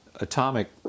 Atomic